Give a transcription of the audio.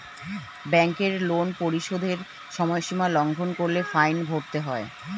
ব্যাংকের লোন পরিশোধের সময়সীমা লঙ্ঘন করলে ফাইন ভরতে হয়